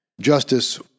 justice